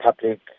public